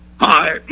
hi